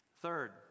Third